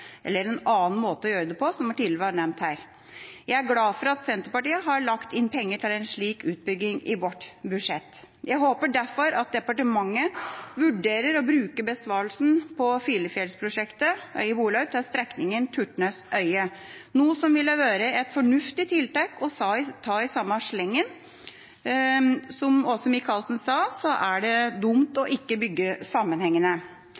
eller en annen måte å gjøre det på, som det ble nevnt her tidligere. Jeg er glad for at vi i Senterpartiet har lagt inn penger til en slik utbygging i vårt budsjett. Jeg håper derfor at departementet vurderer å bruke besparelsen fra Filefjell-prosjektet – Øye–Borlaug – til strekninga Turtnes–Øye, noe som ville vært et fornuftig tiltak å ta i samme slengen. Som Åse Michaelsen sa, er det dumt ikke å bygge